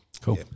Cool